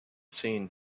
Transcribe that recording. seen